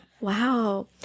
Wow